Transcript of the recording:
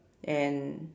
and